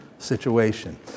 situation